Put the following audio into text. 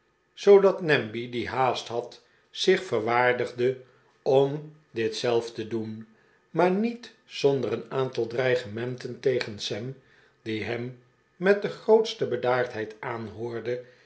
zoodat namby die ha'ast had zich verwaardigde om dit zelf te doen maar niet zonder een aantal dreigementen tegen sam die hem met de grootste bedaardheid aanhoorde